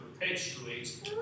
perpetuates